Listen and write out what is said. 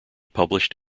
published